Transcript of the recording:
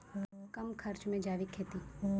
कम खर्च मे जैविक खेती?